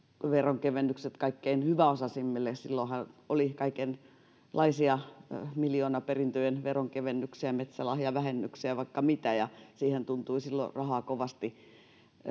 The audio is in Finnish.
veronkevennykset kaikkein hyväosaisimmille silloinhan oli kaikenlaisia miljoonaperintöjen veronkevennyksiä metsälahjavähennyksiä ja vaikka mitä ja siihen tuntui silloin rahaa kovasti